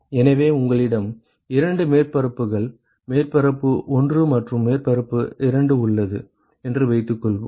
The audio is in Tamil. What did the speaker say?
எனவே உங்களிடம் இரண்டு மேற்பரப்புகள் மேற்பரப்பு 1 மற்றும் மேற்பரப்பு 2 உள்ளது என்று வைத்துக்கொள்வோம்